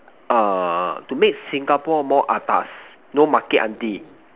err to make Singapore more atas no Market auntie